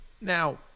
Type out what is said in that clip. Now